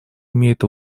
имеет